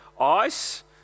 ice